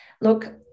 look